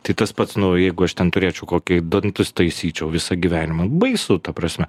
tai tas pats nu jeigu aš ten turėčiau kokį dantis taisyčiau visą gyvenimą baisu ta prasme